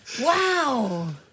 Wow